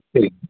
சரிங்க